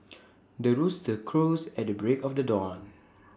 the rooster crows at the break of the dawn